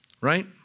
right